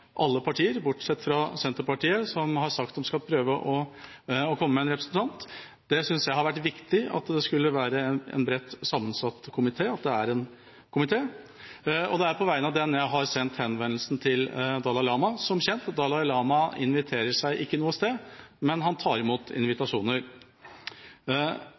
alle partier, bortsett fra Senterpartiet, som har sagt at de skal prøve å komme med en representant. Det at det skulle være en bredt sammensatt komité, har vært viktig, og at det er en komité. Og det er på vegne av den jeg har sendt henvendelsen til Dalai Lama. Som kjent: Dalai Lama inviterer seg ikke noe sted, men han tar imot